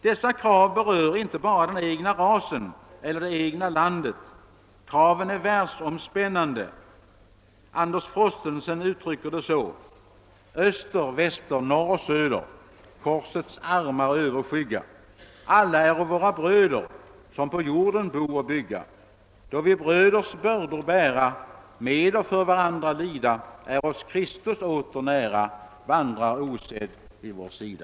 Dessa krav berör inte bara den egna rasen eller det egna landet — kraven är världsomspännande. Anders Frostenson uttrycker det så: Alla äro våra bröder, Som på jorden bo och bygga. Då vi bröders bördor bära, Med och för varandra lida, Är oss Kristus åter nära, Vandrar, osedd, vid vår sida.»